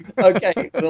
Okay